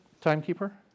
timekeeper